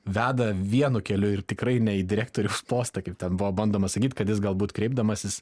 veda vienu keliu ir tikrai ne į direktoriaus postą kaip ten buvo bandoma sakyti kad jis galbūt kreipdamasis